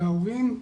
להורים,